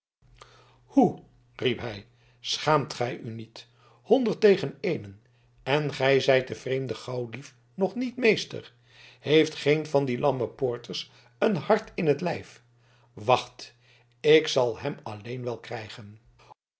hoe riep hij schaamt gij u niet honderd tegen eenen en gij zijt den vreemden gauwdief nog niet meester heeft geen van die lamme poorters een hart in t lijf wacht ik zal hem alleen wel krijgen